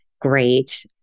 great